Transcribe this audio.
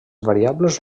variables